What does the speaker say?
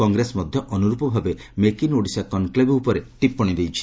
କଂଗ୍ରେସ ମଧ୍ଧ ଅନୁର୍ରପ ଭାବେ ମେକ୍ ଇନ୍ ଓଡିଶା କନକୁଭ ଉପରେ ଟିପ୍ଟଣୀ ଦେଇଛି